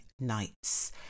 nights